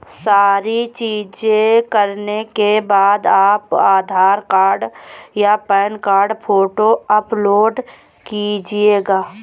सारी चीजें करने के बाद आप आधार कार्ड या पैन कार्ड फोटो अपलोड कीजिएगा